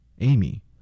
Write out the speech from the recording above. Amy